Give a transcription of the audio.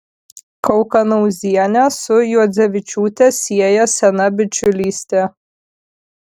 kukanauzienę su juodzevičiūte sieja sena bičiulystė